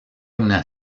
una